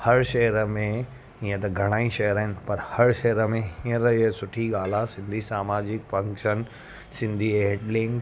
हर शहर में इअं त घणेई शहर आहिनि पर हर शहर में हींअर इहा सुठी ॻाल्हि आहे सिंधी सामाजिक फंक्शन सिंधी ऐं हैड लिंक